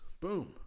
Boom